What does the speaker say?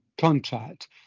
contract